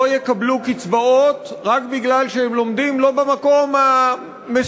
יקבלו קצבאות רק מפני שהם לומדים לא במקום המסוים,